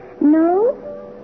No